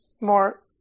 more